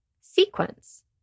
sequence